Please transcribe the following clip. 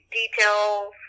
details